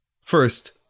First